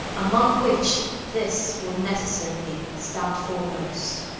among which this will necessarily stand foremost.